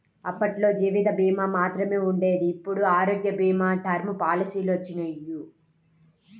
అప్పట్లో జీవిత భీమా మాత్రమే ఉండేది ఇప్పుడు ఆరోగ్య భీమా, టర్మ్ పాలసీలొచ్చినియ్యి